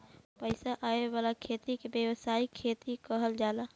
पईसा आवे वाला खेती के व्यावसायिक खेती कहल जाला